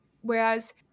Whereas